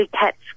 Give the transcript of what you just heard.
cats